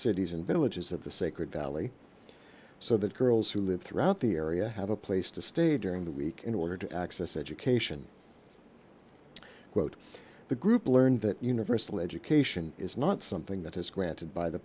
cities and villages of the sacred valley so that girls who live throughout the area have a place to stay during the week in order to access education quote the group learned that universal education is not something that is granted by the